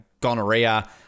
gonorrhea